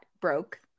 broke